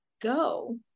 go